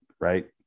Right